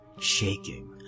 shaking